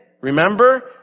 remember